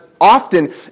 often